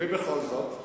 ובכל זאת,